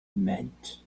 meant